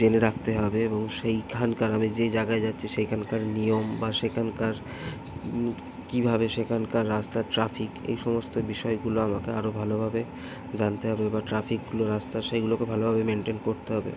জেনে রাখতে হবে এবং সেইখানকার আমি যেই জাগায় যাচ্ছি সেইখানকার নিয়ম বা সেখানকার কীভাবে সেখানকার রাস্তা ট্রাফিক এই সমস্ত বিষয়গুলো আমাকে আরো ভালোভাবে জানতে হবে বা ট্রাফিকগুলো রাস্তার সেইগুলোকেও ভালোভাবে মেনটেন করতে হবে